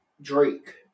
Drake